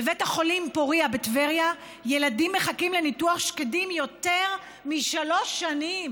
בבית החולים פוריה בטבריה ילדים מחכים לניתוח שקדים יותר משלוש שנים.